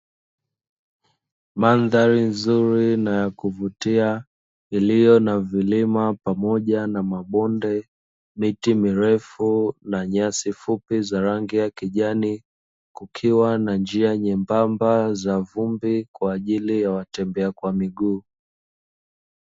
Mandhari mzuri na ya kuvutia, iliyo na vilima pamoja na mabonde, miti mirefu na nyasi fupi za rangi ya kijani, kukiwa na njia nyembamba za vumbi kwa ajili ya watembea kwa miguu.